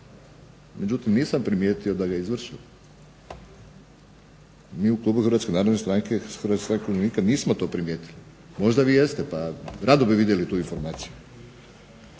međutim nisam primijetio da ga je izvršilo. Mi u klubu Hrvatske narodne stranke i Hrvatske stranke umirovljenika nismo to primijetili. Možda vi jeste pa rado bi vidjeli tu informaciju.